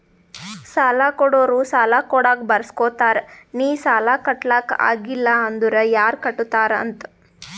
ಸಾಲಾ ಕೊಡೋರು ಸಾಲಾ ಕೊಡಾಗ್ ಬರ್ಸ್ಗೊತ್ತಾರ್ ನಿ ಸಾಲಾ ಕಟ್ಲಾಕ್ ಆಗಿಲ್ಲ ಅಂದುರ್ ಯಾರ್ ಕಟ್ಟತ್ತಾರ್ ಅಂತ್